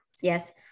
yes